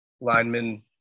linemen